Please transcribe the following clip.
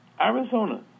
Arizona